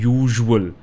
usual